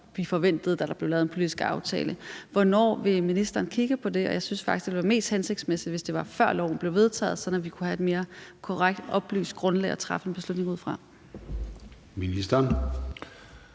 vi forventede, da der blev lavet en politisk aftale. Hvornår vil ministeren kigge på det? Og jeg synes faktisk, at det var mest hensigtsmæssigt, hvis det var, før loven blev vedtaget, sådan at vi kunne have et mere korrekt oplyst grundlag at træffe en beslutning ud fra. Kl.